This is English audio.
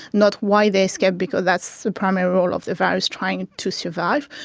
not why they escape because that's the primary role of the virus, trying to survive,